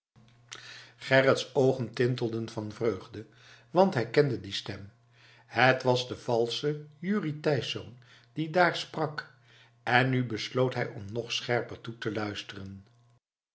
gerrits oogen tintelden van vreugde want hij kende die stem het was de valsche jurrie thijsz die daar sprak en nu besloot hij om nog scherper toe te luisteren